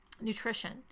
nutrition